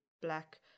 black